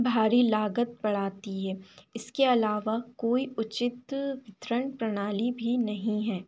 भारी लागत बढ़ाती है इसके अलावा कोई उचित वितरण प्रणाली भी नहीं है